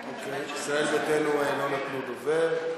ביתנו, ישראל ביתנו לא נתנו דובר.